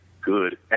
good